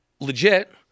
legit